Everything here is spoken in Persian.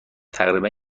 تقریبا